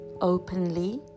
openly